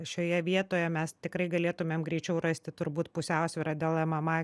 šioje vietoje mes tikrai galėtumėm greičiau rasti turbūt pusiausvyrą dėl mma